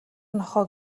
нохой